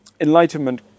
enlightenment